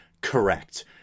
correct